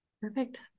Perfect